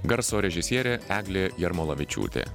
garso režisierė eglė jarmolavičiūtė